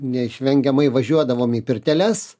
neišvengiamai važiuodavom į pirteles